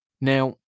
Now